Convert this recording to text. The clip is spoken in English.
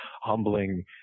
humbling